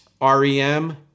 REM